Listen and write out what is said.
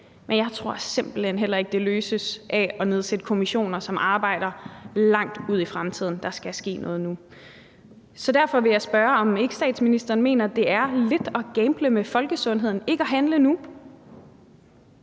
men jeg tror simpelt hen heller ikke, det løses af at nedsætte kommissioner, som arbejder langt ud i fremtiden. Der skal ske noget nu. Så derfor vil jeg spørge, om ikke statsministeren mener, at det er lidt at gamble med folkesundheden ikke at handle nu